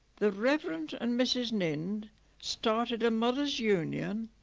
the reverend and mrs nind started a mothers' union.